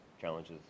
challenges